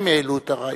הם העלו את הרעיון.